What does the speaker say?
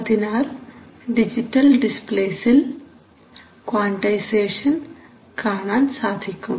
അതിനാൽ ഡിജിറ്റൽ ഡിസ്പ്ലേസിൽ ക്വാൺടൈസേഷൻ കാണാൻ സാധിക്കും